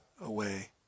away